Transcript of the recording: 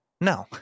No